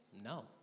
No